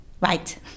Right